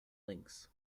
lynx